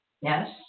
yes